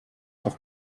auf